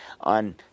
on